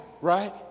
right